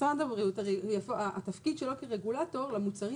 משרד הבריאות הרי התפקיד שלו כרגולטור למוצרים